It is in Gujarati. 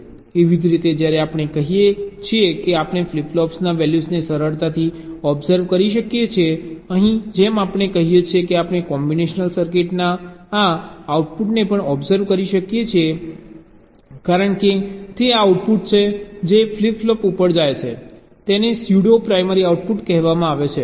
એવી જ રીતે જ્યારે આપણે કહીએ છીએ કે આપણે ફ્લિપ ફ્લોપના વેલ્યૂઝને સરળતાથી ઓબ્સર્વ કરી શકીએ છીએ અહીં જેમ આપણે કહીએ છીએ કે આપણે કોમ્બિનેશનલ સર્કિટના આ આઉટપુટને પણ ઓબ્સર્વ કરી શકીએ છીએ કારણ કે તે આ આઉટપુટ છે જે ફ્લિપ ફ્લોપ ઉપર જાય છે તેને સ્યુડો પ્રાઇમરી આઉટપુટ કહેવામાં આવે છે